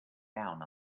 down